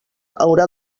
haurà